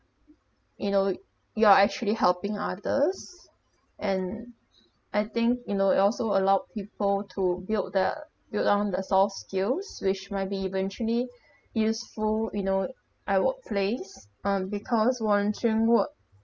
you know you are actually helping others and I think you know it also allowed people to build the build on the soft skills which might be eventually useful you know at workplace and because volunteering work